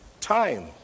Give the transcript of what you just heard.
time